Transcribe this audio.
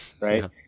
right